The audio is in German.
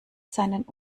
seinen